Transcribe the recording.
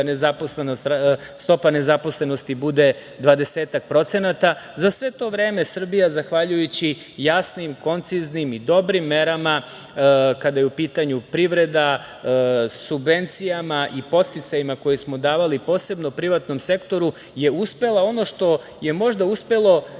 stopa nezaposlenosti bude dvadesetak procenata, za sve to vreme Srbija zahvaljujući jasnim, konciznim i dobrim merama, kada je u pitanju privreda, subvencijama i podsticajima koje smo davali posebno privatnom sektoru, je uspela ono što je možda uspelo